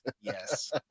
Yes